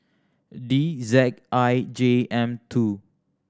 D Z I J M two